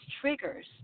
triggers